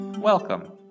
Welcome